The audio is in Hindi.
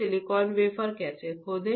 सिलिकॉन वेफर कैसे खोदें